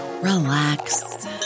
relax